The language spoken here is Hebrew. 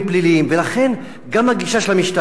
ולכן גם הגישה של המשטרה צריכה להיות,